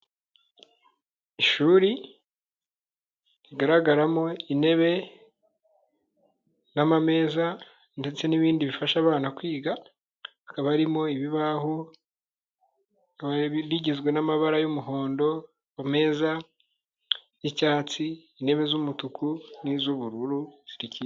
Ishuri rigaragaramo intebe n'amameza ndetse n'ibindi bifasha abana kwiga hakaba harimo ibibaho rigizwe n'amabara y'umuhondo meza y'icyatsi intebe z'umutuku niz'ubururu.